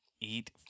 eat